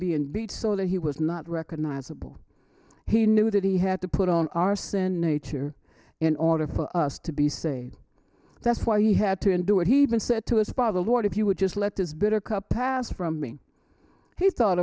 and beat so that he was not recognizable he knew that he had to put on our sin nature in order for us to be saved that's why he had to endure what he been said to us by the lord if you would just let this bitter cup pass from me he thought